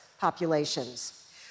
populations